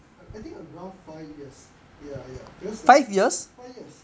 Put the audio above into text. I I think around five years ya ya because like five years